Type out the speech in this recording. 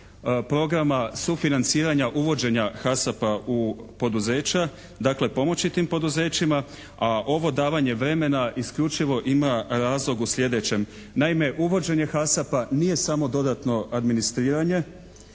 programa sufinanciranja uvođenja «HASAP-a» u poduzeća. Dakle pomoći tim poduzećima a ovo davanje vremena isključivo ima razlog u sljedećem. Naime uvođenje «HASAP-a» nije samo dodatno administriranje